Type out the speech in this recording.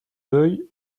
deuil